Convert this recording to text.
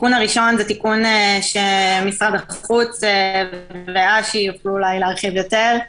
התיקון הראשון הוא תיקון שמשרד החוץ ואשר סלמון יוכלו להרחיב יותר.